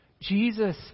Jesus